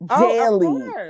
daily